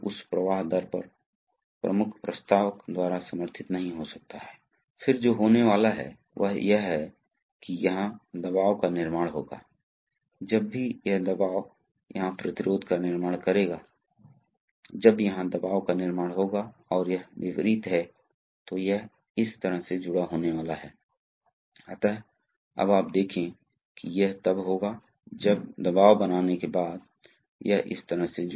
दूसरी तरफ अगली स्थिति में देखें बस उल्टा है इसलिए अब सही स्थिति में है इसलिए सही स्थिति में पंप बी और ए से जुड़ा हुआ है और टैंक सील है इसलिए आपके पास दूसरा है आरेख का बॉक्स इसलिए आप देखते हैं कि एक विशेष हमने क्या हासिल किया है जो स्पूल को स्थानांतरित करके वाल्व के स्पूल को स्थानांतरित करके आप या तो पोर्ट ए को पंप या पोर्ट बी से पंप करने के लिए कनेक्ट कर सकते हैं कि आपने क्या हासिल किया है और आप स्पूल को कैसे स्थानांतरित करते हैं स्पूल को स्थानांतरित करने के विभिन्न तरीके हैं